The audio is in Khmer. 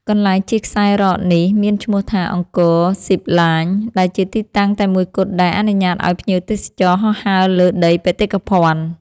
កន្លែងជិះខ្សែរ៉កនេះមានឈ្មោះថា អង្គរ ស៊ីបឡាញ ដែលជាទីតាំងតែមួយគត់ដែលអនុញ្ញាតឱ្យភ្ញៀវទេសចរហោះហើរលើដីបេតិកភណ្ឌ។